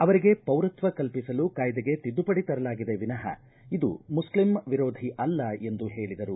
ಅವರಿಗೆ ಪೌರತ್ವ ಕಲ್ಲಿಸಲು ಕಾಯ್ಲೆಗೆ ತಿದ್ಲುಪಡಿ ತರಲಾಗಿದೆ ವಿನಃ ಇದು ಮುಸ್ಲಿಂ ವಿರೋಧಿ ಅಲ್ಲ ಎಂದು ಹೇಳಿದರು